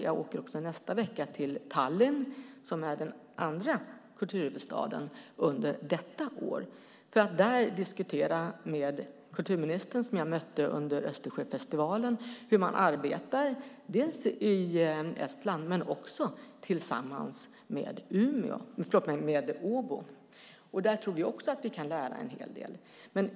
Jag åker nästa vecka till Tallinn, som är den andra kulturhuvudstaden under detta år, för att där diskutera med kulturministern som jag mötte under Östersjöfestivalen hur man arbetar dels i Estland, dels tillsammans med Åbo. Där tror jag att vi kan lära en hel del.